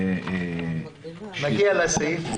נגיע לסעיף.